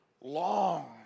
long